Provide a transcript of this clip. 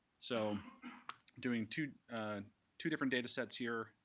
so doing two two different data sets here,